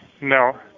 No